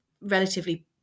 relatively